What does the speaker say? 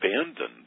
abandoned